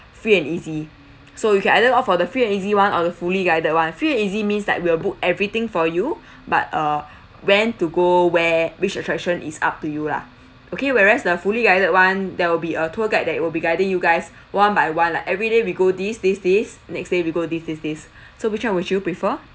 free and easy so you can either opt for the free and easy [one] or the fully guided [one] free and easy means that we'll book everything for you but uh when to go where which attraction is up to you lah okay whereas the fully guided [one] there will be a tour guide that it will be guiding you guys one by one lah everyday we go this this this next day we go this this this so which [one] would you prefer